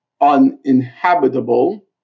uninhabitable